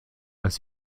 als